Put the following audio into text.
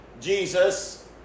Jesus